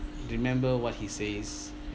remember what he says